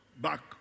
back